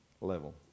level